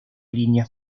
línea